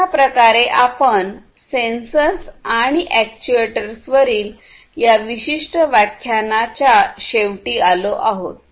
अशा प्रकारे आपण सेन्सर्स आणि अॅक्ट्युएटर्सवरील या विशिष्ट व्याख्यानाच्या शेवटी आलो आहोत